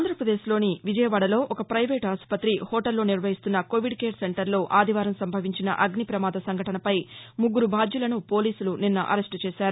ఆంధ్రప్రదేశ్లోని విజయవాడ లో ఒక ప్రైవేటు ఆసుపత్రి హోటల్ లో నిర్వహిస్తున్న కోవిడ్ కేర్ సెంటర్లో ఆదివారం సంభవించిన అగ్నిప్రమాద సంఘటనపై ముగ్గరు బాధ్యులను పోలీసులు నిన్న అరెస్ట చేశారు